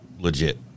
legit